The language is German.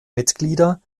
mitglieder